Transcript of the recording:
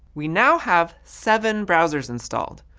we now have seven browsers installed,